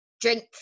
drink